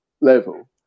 Level